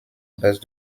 base